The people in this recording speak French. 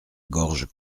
gorge